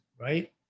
right